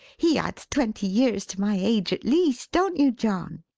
he adds twenty years to my age at least. don't you john?